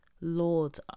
Lord